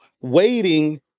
waiting